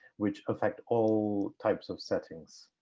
which affect all types of settings.